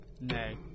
Nay